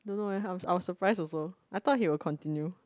don't know eh I I was suprised also I thought he will continue